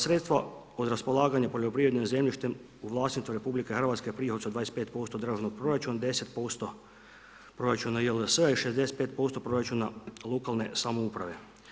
Sredstva od raspolaganja poljoprivrednim zemljištem u vlasništvu RH prihod su od 25% državnog proračun, 10% proračuna JLS, 65% proračuna lokalne samouprave.